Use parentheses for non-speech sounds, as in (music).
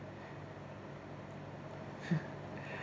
(laughs)